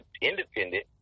independent